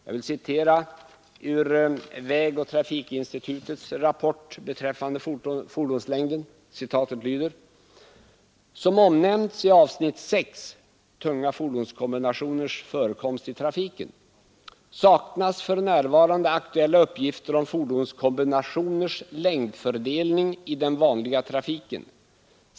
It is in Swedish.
Jag vill citera ur vägoch trafikinstitutets rapport beträffande fordonslängden: ”Som omnämnts i avsnitt 6 ”Tunga fordonskombinationers förekomst i trafiken” saknas för närvarande aktuella uppgifter om fordonskombinationers längdfördelning i den vanliga trafiken.